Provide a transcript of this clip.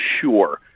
sure